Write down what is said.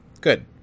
Good